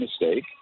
mistake